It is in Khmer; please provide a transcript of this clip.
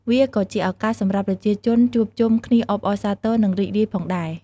វាក៏ជាឱកាសសម្រាប់ប្រជាជនជួបជុំគ្នាអបអរសាទរ និងរីករាយផងដែរ។